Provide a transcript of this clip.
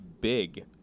big